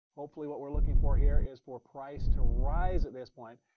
hopefully what we're looking for here is for price to rise at this point.